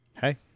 Hey